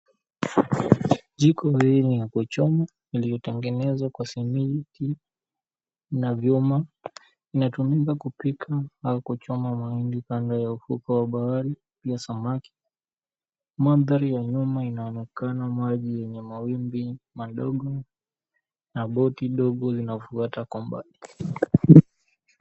Jiko hii ni ya kuchoma iliyotengenezwa kwa simiti na vyuma, inatumika kupika au kuchoma mahindi kando ya ufukwe wa bahari au samaki. Mandhari ya nyuma inaonekana maji yenye mawimbi madogo na boti ndogo inafuata kwa mbali.